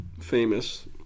famous